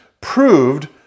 proved